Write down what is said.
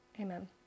Amen